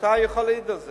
ואתה יכול להעיד על זה.